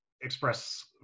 express